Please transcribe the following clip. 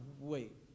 wait